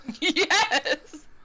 Yes